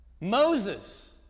Moses